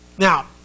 Now